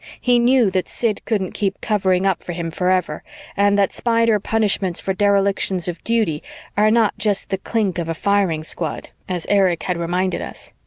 he knew that sid couldn't keep covering up for him forever and that spider punishments for derelictions of duty are not just the clink of a firing squad, as erich had reminded us.